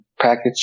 package